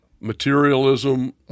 materialism